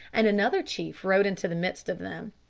and another chief rode into the midst of them.